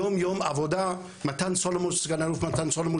יומיום עבודה מתן סולומש סגן אלוף מתן סולומש